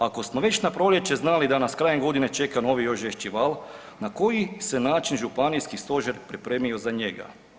Ako smo već na proljeće znali da nas krajem godine čeka novi još žešći val, na koji se način županijski stožer pripremio na njega?